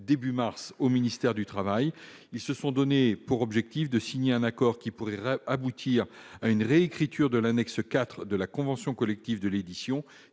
prochain au ministère du travail. Ils se sont donné pour objectif de signer un accord qui pourrait aboutir à une réécriture de l'annexe IV de la convention collective de l'édition,